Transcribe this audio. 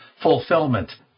fulfillment